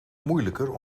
moeilijker